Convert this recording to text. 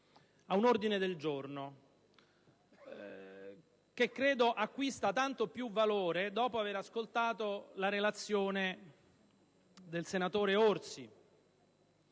a un ordine del giorno, che acquista tanto più valore dopo aver ascoltato la relazione del senatore Orsi.